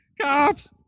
Cops